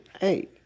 hey